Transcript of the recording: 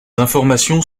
informations